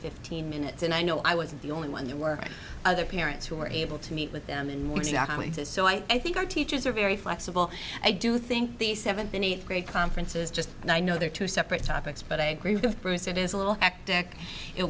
fifteen minutes and i know i wasn't the only one there were other parents who were able to meet with them in which we exist so i think our teachers are very flexible i do think the seventh and eighth grade conferences just i know they're two separate topics but i agree with bruce it is a little actiq it